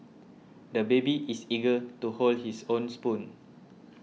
the baby is eager to hold his own spoon